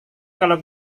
kalau